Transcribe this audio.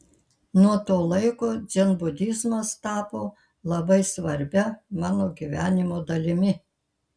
nuo to laiko dzenbudizmas tapo labai svarbia mano gyvenimo dalimi